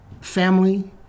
family